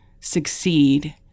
succeed